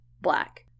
Black